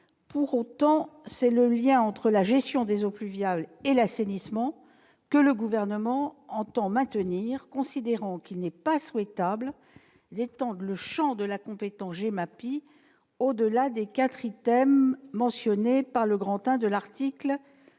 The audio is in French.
Pour autant, c'est le lien entre la gestion des eaux pluviales et l'assainissement que le Gouvernement entend maintenir. À nos yeux, il n'est pas souhaitable d'étendre le champ de la compétence GEMAPI au-delà des quatre items mentionnés au I de l'article L.